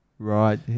Right